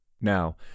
Now